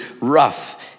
rough